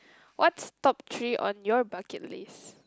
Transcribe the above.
what's top three on your bucket list